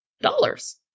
dollars